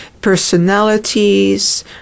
personalities